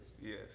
Yes